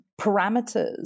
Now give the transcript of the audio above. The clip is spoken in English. parameters